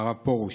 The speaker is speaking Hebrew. הרב פרוש?